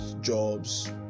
jobs